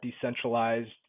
decentralized